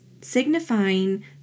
signifying